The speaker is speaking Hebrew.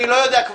אני כבר לא יודע.